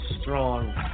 strong